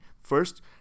First